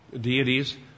deities